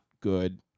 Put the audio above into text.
good